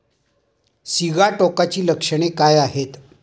सिगाटोकाची लक्षणे काय आहेत?